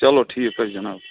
چلو ٹھیٖک حظ جِناب